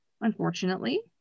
unfortunately